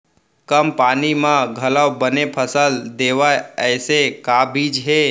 कम पानी मा घलव बने फसल देवय ऐसे का बीज हे?